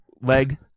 leg